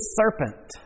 serpent